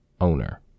owner